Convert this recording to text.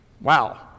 wow